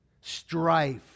strife